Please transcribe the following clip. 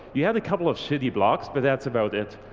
you had a couple of shitty blocks but that's about it.